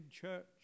church